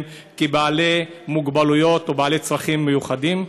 כבעלי מוגבלויות או בעלי צרכים מיוחדים.